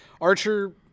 Archer